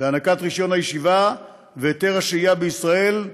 ולמתן רישיון ישיבה והיתר שהייה בישראל,